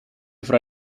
fra